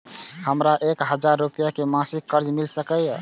हमरा एक हजार रुपया के मासिक कर्ज मिल सकिय?